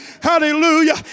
Hallelujah